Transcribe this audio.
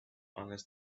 unless